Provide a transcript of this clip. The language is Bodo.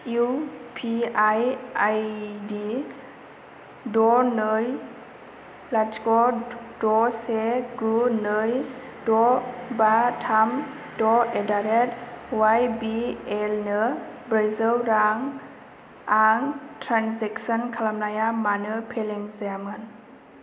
U P I I D द' नै लाथिख' द' से गु नै द' बा थाम द' एड्डारेट वाइ बि एल नो ब्रैजौ रां आरो ट्रान्जेकसन खालामनाया मानो फेलें जायामोन